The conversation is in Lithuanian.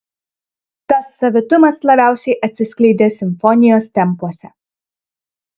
tas savitumas labiausiai atsiskleidė simfonijos tempuose